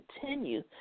continue